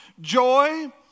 joy